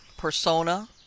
Persona